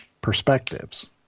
perspectives